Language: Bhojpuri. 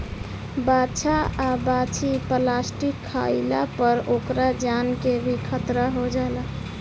बाछा आ बाछी प्लास्टिक खाइला पर ओकरा जान के भी खतरा हो जाला